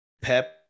Pep